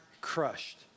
crushed